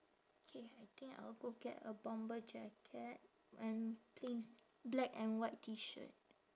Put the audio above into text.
K I think I'll go get a bomber jacket and plain black and white T shirt